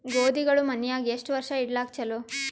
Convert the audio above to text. ಗೋಧಿಗಳು ಮನ್ಯಾಗ ಎಷ್ಟು ವರ್ಷ ಇಡಲಾಕ ಚಲೋ?